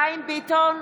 (קוראת בשמות חברי הכנסת) חיים ביטון,